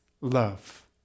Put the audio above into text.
love